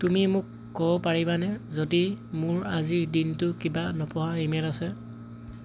তুমি মোক ক'ব পাৰিবানে যদি মোৰ আজিৰ দিনটোৰ কিবা নপঢ়া ইমেইল আছে